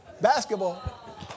basketball